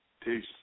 Peace